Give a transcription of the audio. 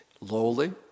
lowly